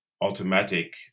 automatic